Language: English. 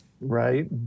Right